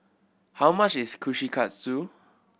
how much is Kushikatsu